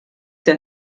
der